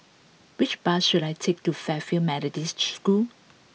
which bus should I take to Fairfield Methodist School